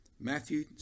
Matthew